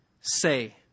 say